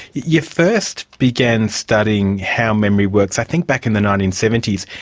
you first began studying how memory works i think back in the nineteen seventy s,